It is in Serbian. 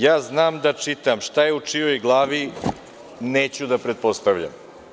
Ja znam da čitam, a šta je u čijoj glavi neću da pretpostavljam.